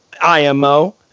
IMO